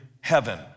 heaven